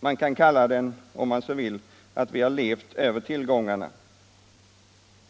Man kan, om man så vill, säga att vi har levt över tillgångarna.